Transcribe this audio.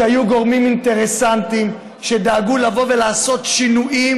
היו גורמים אינטרסנטיים שדאגו לעשות שינויים